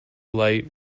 light